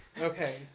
okay